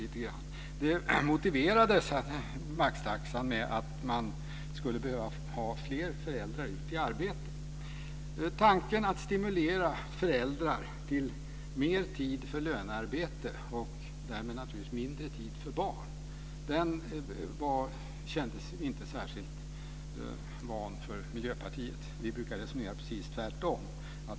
Maxtaxan motiverades med att få fler föräldrar ut i arbete. Tanken att stimulera föräldrar till mer tid för lönearbete och därmed naturligtvis mindre tid för barn kändes inte särskilt van för Miljöpartiet. Vi brukar resonera precis tvärtom.